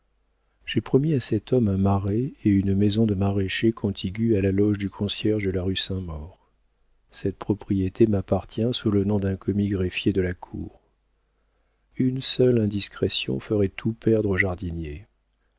j'ai promis à cet homme un marais et une maison de maraîcher contiguë à la loge du concierge de la rue saint-maur cette propriété m'appartient sous le nom d'un commis greffier de la cour une seule indiscrétion ferait tout perdre au jardinier